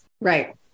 right